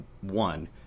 one